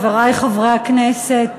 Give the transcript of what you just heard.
חברי חברי הכנסת,